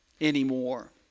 anymore